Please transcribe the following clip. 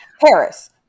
Paris